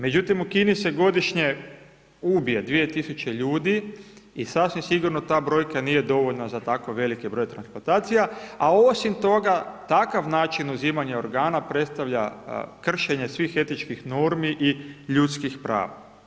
Međutim, u Kini se godišnje ubije 2 000 tisuće ljudi i sasvim sigurno ta brojka nije dovoljna za tako veliki broj transplantacija, a osim toga, takav način uzimanja organa predstavlja kršenje svih etičkih normi i ljudskih prava.